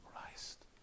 Christ